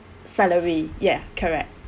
salary ya correct